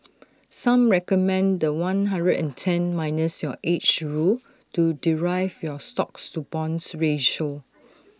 some recommend The One hundred and ten minus your age rule to derive your stocks to bonds ratio